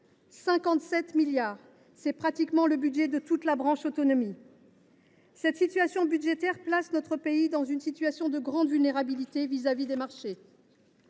prochaine ; c’est pratiquement le budget de toute la branche autonomie. Une telle situation budgétaire place notre pays dans une perspective de grande vulnérabilité vis à vis des marchés.